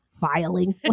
filing